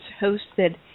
hosted